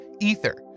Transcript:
ether